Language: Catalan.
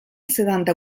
setanta